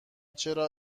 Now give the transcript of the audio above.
چرا